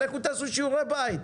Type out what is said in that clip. לכו תעשו שיעורי בית.